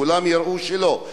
כולם יראו שלא.